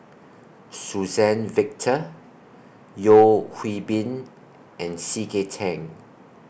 Suzann Victor Yeo Hwee Bin and C K Tang